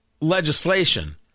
legislation